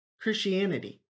Christianity